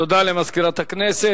תודה למזכירת הכנסת.